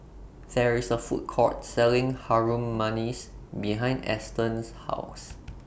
There IS A Food Court Selling Harum Manis behind Eston's House